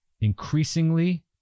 Increasingly